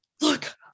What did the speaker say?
look